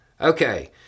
Okay